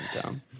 dumb